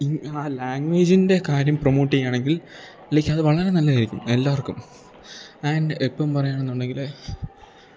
ഈ ആ ലാങ്വേജിൻറ്റെ കാര്യം പ്രൊമോട്ട് ചെയ്യുകയാണെങ്കിൽ ലൈക്ക് അത് വളരെ നല്ലതായിരിക്കും എല്ലാവർക്കും ആൻഡ് ഇപ്പം പറയുകയാണെന്നുണ്ടെങ്കിൽ